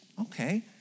Okay